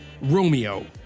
Romeo